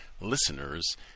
listeners